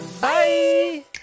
bye